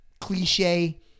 cliche